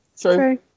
true